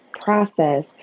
process